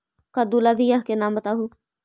कददु ला बियाह के नाम बताहु?